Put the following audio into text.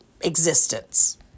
existence